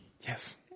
Yes